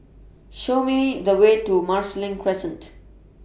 Show Me The Way to Marsiling Crescent